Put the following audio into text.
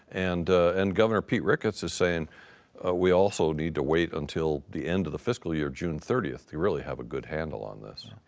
and and governor pete ricketts is saying we also need to wait until the end of the fiscal year, june thirtieth to really have a good handle on this.